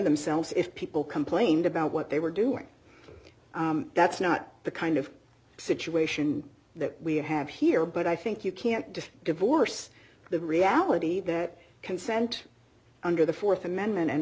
themselves if people complained about what they were doing that's not the kind of situation that we have here but i think you can't just divorce the reality that consent under the th amendment and